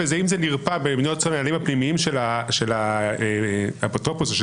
אם זה נרפא בנהלים הפנימיים של האפוטרופוס או של